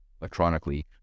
electronically